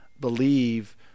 believe